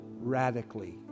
radically